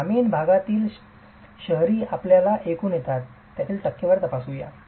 ग्रामीण भागातील शहरी आपल्याला एकूण देतात त्यातील टक्केवारी तपासूया